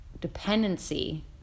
Dependency